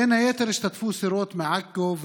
בין היתר השתתפו סירות מעכו,